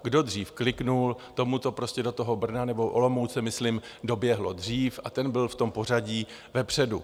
Kdo dřív kliknul, tomu to prostě do toho Brna nebo Olomouce myslím doběhlo dřív a ten byl v tom pořadí vepředu.